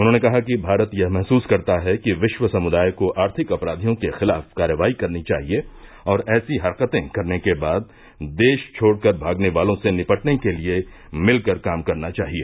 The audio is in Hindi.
उन्होंने कहा कि भारत यह महसूस करता है कि विश्व समुदाय को आर्थिक अपराधियों के खिलाफ कार्रवाई करनी चाहिए और ऐसी हरकतें करने के बाद देश छोड़कर भागने वालों से निपटने के लिए मिलकर काम करना चाहिए